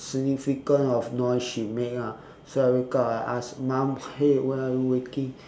significant of noise she make ah so I wake up I ask mum hey why are we waking